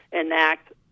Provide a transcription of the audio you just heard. enact